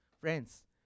Friends